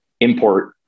import